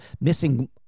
missing –